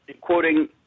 quoting